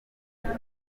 inama